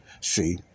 See